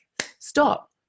stop